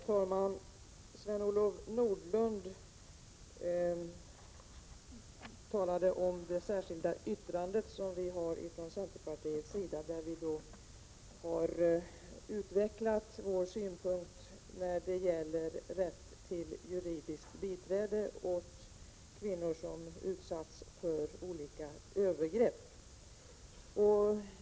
Herr talman! Sven-Olof Nordlund talade om centerpartiets särskilda yttrande, där vi utvecklat vår syn när det gäller rätt till juridiskt biträde åt kvinnor som utsatts för olika övergrepp.